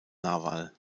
naval